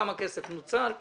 כמה כסף נוצל,